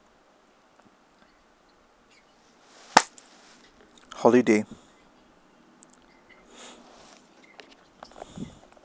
holiday